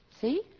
See